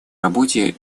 работе